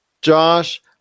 josh